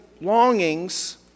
longings